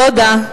תודה.